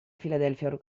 philadelphia